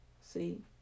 see